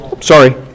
sorry